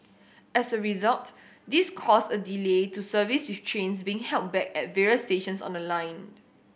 as a result this caused a delay to service with trains being held back at various stations on the line